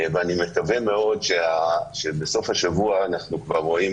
ואני מקווה מאוד שבסוף השבוע אנחנו כבר רואים